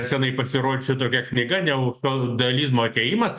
senai pasirodžiusi tokia knyga neofeodalizmo atėjimas